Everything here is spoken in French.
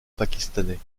pakistanais